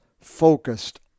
focused